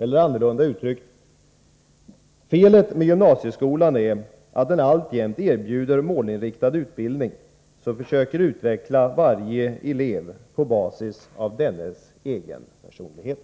Eller annorlunda uttryckt: Felet med gymnasieskolan är att den alltjämt erbjuder målinriktad utbildning som försöker utveckla varje elev på basis av dennes egen personlighet.